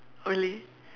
really